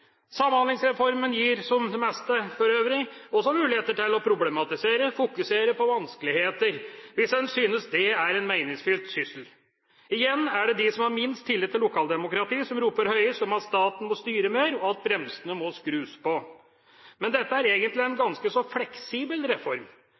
Samhandlingsreformen gir, som det meste for øvrig, også muligheter til å problematisere og fokusere på vanskeligheter hvis en synes det er en meningsfull syssel. Igjen er det de som har minst tillit til lokaldemokratiet som roper høyest om at staten må styre mer, og at bremsene må skrus på. Dette er egentlig en